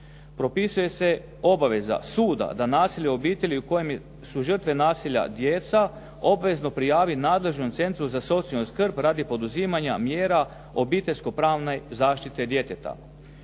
Propisuje se obaveza suda da nasilje u obitelju u kojima su žrtve nasilja djeca, obvezno prijavi nadležnom centru za socijalnu skrb radi poduzimanja mjera obiteljsko pravne zaštite djeteta.